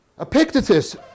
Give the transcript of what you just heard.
Epictetus